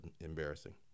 embarrassing